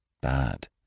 Bad